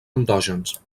endògens